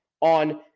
on